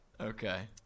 Okay